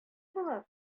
болар